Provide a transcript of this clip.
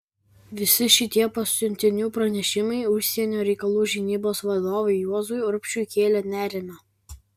visi šitie pasiuntinių pranešimai užsienio reikalų žinybos vadovui juozui urbšiui kėlė nerimą